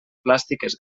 plàstiques